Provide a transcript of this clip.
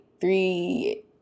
three